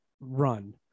run